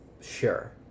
Sure